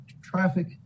traffic